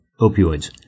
opioids